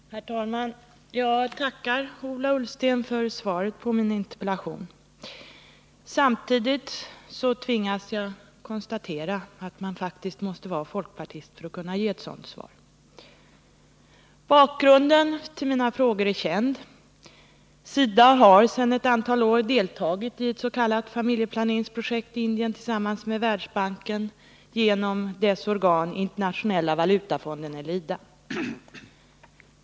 Herr talman! Jag tackar Ola Ullsten för svaret på min interpellation. Samtidigt tvingas jag konstatera att man faktiskt måste vara folkpartist för att kunna ge ett sådant svar. Bakgrunden till mina frågor är känd. SIDA har sedan ett antal år deltagit i ett s.k. familjeplaneringsprojekt i Indien tillsammans med Världsbanken genom dess organ Internationella valutafonden eller IDA.